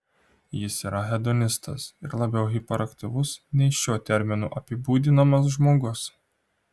jis yra hedonistas ir labiau hiperaktyvus nei šiuo terminu apibūdinamas žmogus